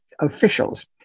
officials